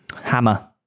Hammer